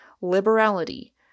liberality